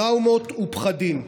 טראומות ופחדים.